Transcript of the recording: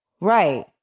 right